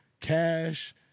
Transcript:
Cash